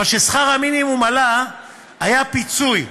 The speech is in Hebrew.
אבל כששכר המינימום עלה היה פיצוי,